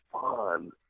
fun